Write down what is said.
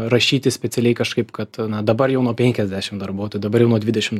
rašyti specialiai kažkaip kad na dabar jau nuo penkiasdešim darbuotojų dabar jau nuo dvidešim